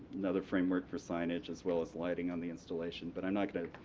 another framework for signage as well as lighting on the installation, but i'm not going to